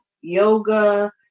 yoga